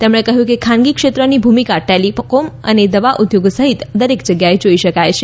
તેમણે કહ્યું કે ખાનગી ક્ષેત્રની ભૂમિકા ટેલિકોમ અને દવા ઉદ્યોગ સહિત દરેક જગ્યાએ જોઇ શકાય છે